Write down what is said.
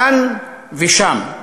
כאן ושם,